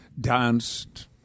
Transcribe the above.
danced